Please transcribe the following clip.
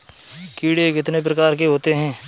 कीड़े कितने प्रकार के होते हैं?